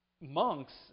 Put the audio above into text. Monks